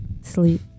Sleep